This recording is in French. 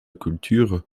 culture